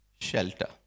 shelter